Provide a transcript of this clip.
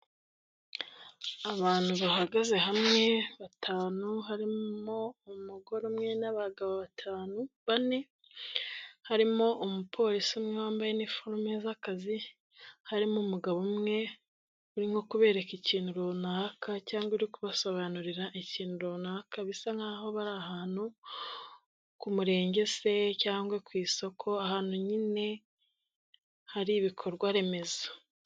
Abantu bahagaze hamwe batanu harimo umugore umwe n'abagabo batanu bane, harimo umupolisi umwe wambaye iniforume z'akazi, harimo umugabo umwe urimo kubereka ikintu runaka cyangwa uri kubasobanurira ikintu runaka, bisa nk'aho bari ahantu ku Murenge se cyangwa ku isoko, ahantu nyine hari ibikorwa remezo.